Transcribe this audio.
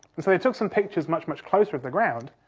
and so they took some pictures much, much closer of the ground